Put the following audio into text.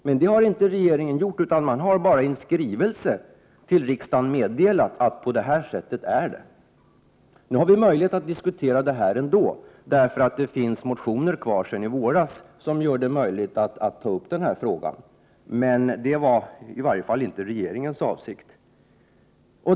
Men det har regeringen inte gjort, utan man har bara i en skrivelse till riksdagen meddelat hur man har gått till väga. Nu har vi möjlighet att ändå diskutera detta, eftersom det finns motioner kvar att behandla sedan i våras, vilket gör det möjligt att ta upp den här frågan. Men detta var i varje fall inte regeringens avsikt.